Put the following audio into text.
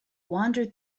wander